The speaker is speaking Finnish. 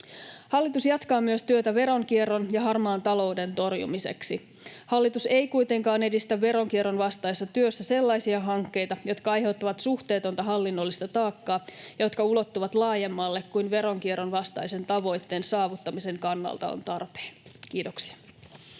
Hallitus jatkaa myös työtä veronkierron ja harmaan talouden torjumiseksi. Hallitus ei kuitenkaan edistä veronkierron vastaisessa työssä sellaisia hankkeita, jotka aiheuttavat suhteetonta hallinnollista taakkaa ja jotka ulottuvat laajemmalle kuin veronkierron vastaisen tavoitteen saavuttamisen kannalta on tarpeen. — Kiitoksia.